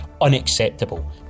unacceptable